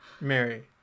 mary